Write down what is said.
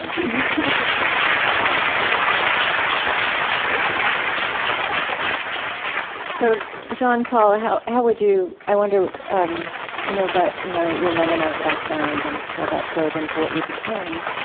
um so john paul, how how would you i wonder um i know about you know your mennonite background and how that flowed into what you became.